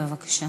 בבקשה.